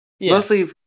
Mostly